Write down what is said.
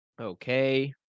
Okay